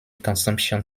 consumption